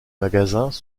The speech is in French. magasins